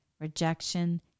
rejection